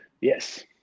Yes